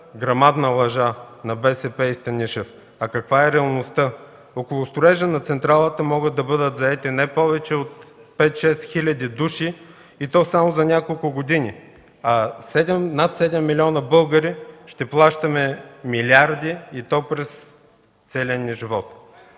грамадна лъжа на БСП и Станишев. А каква е реалността? Около строежа на централата могат да бъдат заети не повече от 5-6 хиляди души и то само за няколко години, а над 7 милиона българи ще плащаме милиарди и то през целия ни живот.